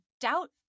doubt